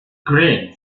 green